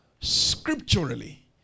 scripturally